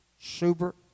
super